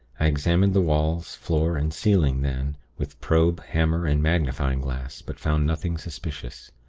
i examined the walls, floor and ceiling then, with probe, hammer and magnifying glass but found nothing suspicious.